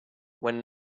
when